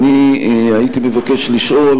הייתי מבקש לשאול: